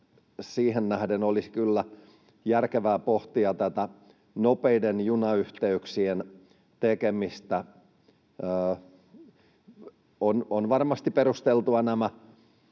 siihen nähden olisi kyllä järkevää pohtia tätä nopeiden junayhteyksien tekemistä. On varmasti perusteltua